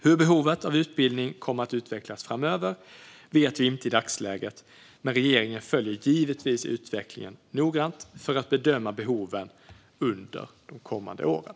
Hur behovet av utbildning kommer att utvecklas framöver vet vi inte i dagsläget, men regeringen följer givetvis utvecklingen noggrant för att bedöma behoven under de kommande åren.